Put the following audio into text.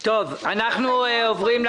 האלו של